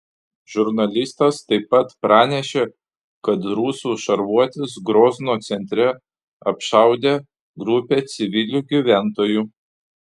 žurnalistas taip pat pranešė kad rusų šarvuotis grozno centre apšaudė grupę civilių gyventojų